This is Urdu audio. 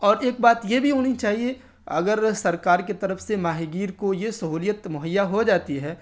اور ایک بات یہ بھی ہونی چاہیے اگر سرکار کی طرف سے ماہی گیر کو یہ سہولیت مہیا ہو جاتی ہے